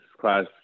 class